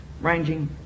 ranging